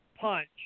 punch